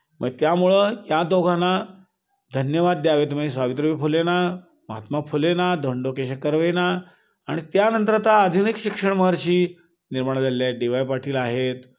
म्हणजे त्यामुळं या दोघांना धन्यवाद द्यावेत म्हणजे सावित्रीबाई फुलेना महात्मा फुलेना धोंडो केशव कर्वेना आणि त्यानंतर आता आधुनिक शिक्षण महर्षी निर्माण झालेले आहेत डी वाय पाटील आहेत